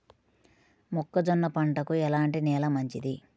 మొక్క జొన్న పంటకు ఎలాంటి నేల మంచిది?